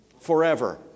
forever